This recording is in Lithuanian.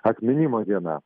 atminimo diena